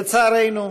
לצערנו,